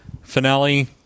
finale